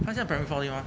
他在 primary four 对吗